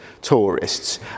tourists